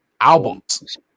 albums